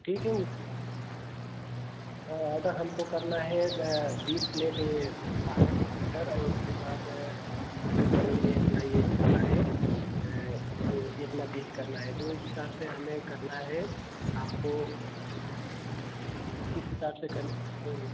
ठीक है उस हाँ ऑर्डर हमको करना है बीस प्लेट ये पालक मटर और उसके बाद मटर पनीर है अपना ये जितना है तो इतना बीस करना है तो इस हिसाब से हमें करना है आपको किस हिसाब से कर करेंगे